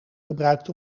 gebruikt